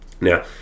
Now